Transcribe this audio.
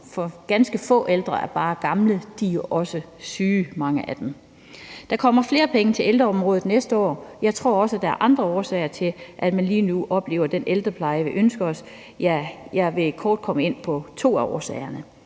For ganske få ældre er bare gamle; mange af dem er også syge. Der kommer flere penge til ældreområdet næste år. Jeg tror også, at der er andre årsager til, at man lige nu ikke oplever den ældrepleje, vi ønsker os, og jeg vil kort komme ind på to af årsagerne.